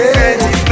baby